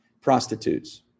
Prostitutes